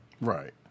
Right